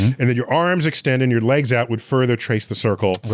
and then your arms extend and your legs out would further trace the circle,